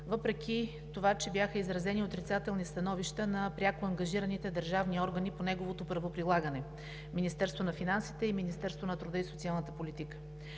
въпреки това, че бяха изразени отрицателни становища на пряко ангажираните държавни органи по неговото правоприлагане – Министерството на финансите и Министерството на труда и социалната политика.